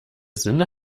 sinne